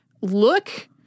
look